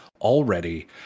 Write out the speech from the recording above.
already